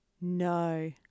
No